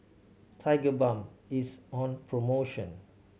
tigerbalm is on promotion